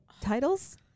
titles